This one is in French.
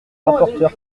rapporteur